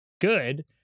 good